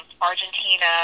Argentina